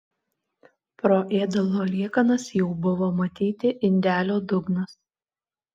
pro ėdalo liekanas jau buvo matyti indelio dugnas